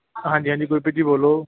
ਹਾਂਜੀ ਹਾਂਜੀ ਗੁਰਪ੍ਰੀਤ ਜੀ ਬੋਲੋ